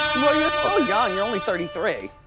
well you're still young, you're only thirty three.